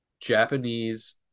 Japanese